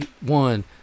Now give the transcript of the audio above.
one